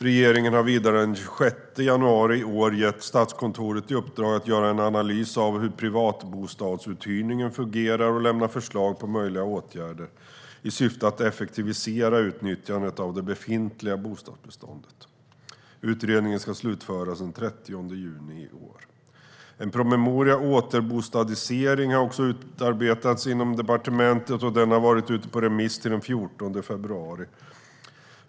Regeringen har vidare den 26 januari i år gett Statskontoret i uppdrag att göra en analys av hur privatbostadsuthyrningen fungerar och lämna förslag på möjliga åtgärder i syfte att effektivisera utnyttjandet av det befintliga bostadsbeståndet. Utredningen ska slutföras den 30 juni i år. En promemoria, Återbostadisering , har också utarbetats inom departementet, och den har varit ute på remiss till den 14 februari.